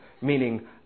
meaning